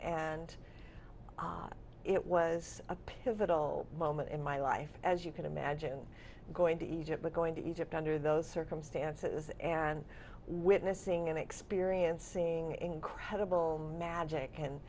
and i it was a pivotal moment in my life as you can imagine going to egypt going to egypt under those circumstances and witnessing and experiencing incredible magic and